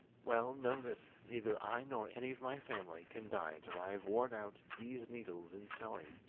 well, know that neither i nor any of my family can die till i have worn out these needles in sewing.